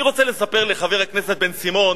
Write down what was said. אני רוצה לספר לחבר הכנסת בן-סימון,